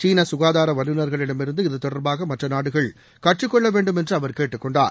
சீன சுகாதார வல்லுநர்களிடமிருந்து இது தொடர்பாக மற்ற நாடுகள் கற்றுக்கொள்ள வேண்டுமென்று அவர் கேட்டுக்கொண்டார்